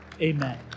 amen